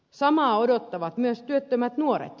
samaa odottavat myös työttömät nuoret